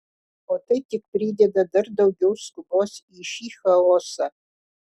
o tai tik prideda dar daugiau skubos į šį chaosą